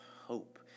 hope